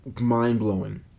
Mind-blowing